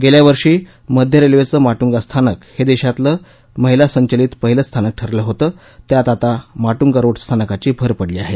गेल्यावर्षी मध्य रेल्वेचं माटुंगा स्थानक हे देशातलं महिला संचलीत पहिलं स्थानक ठरलं होतं त्यात आता माटुंगा रोड स्थानकाची भर पडली आहे